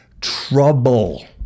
trouble